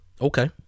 Okay